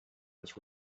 was